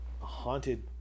haunted